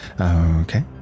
Okay